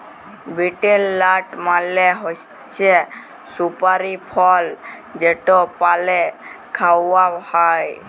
betel nut মালে হছে সুপারি ফল যেট পালে খাউয়া হ্যয়